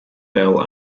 bell